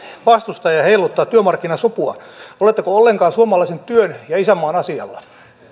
vastustaa ja ja heiluttaa työmarkkinasopua oletteko ollenkaan suomalaisen työn ja isänmaan asialla